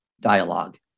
dialogue